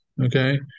okay